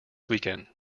weekend